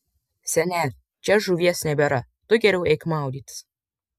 seneli čia žuvies nebėra tu geriau eik maudytis